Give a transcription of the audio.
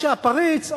או שהפריץ,